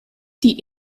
die